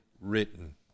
written